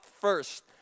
first